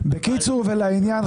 בקיצור ולעניין,